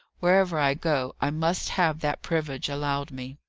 wherever i go, i must have that privilege allowed me.